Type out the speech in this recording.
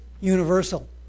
universal